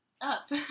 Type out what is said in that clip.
up